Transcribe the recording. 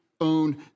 own